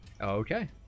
Okay